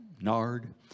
nard